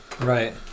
Right